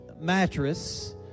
mattress